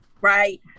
right